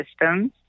systems